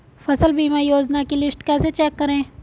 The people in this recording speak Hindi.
फसल बीमा योजना की लिस्ट कैसे चेक करें?